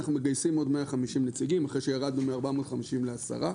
אנחנו מגייסים עוד 150 נציגים אחרי שירדנו מ-450 לעשרה